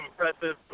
impressive